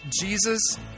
Jesus